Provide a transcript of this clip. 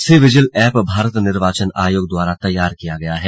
सी vigil app Bharat निर्वाचन आयोग द्वारा तैयार किया गया है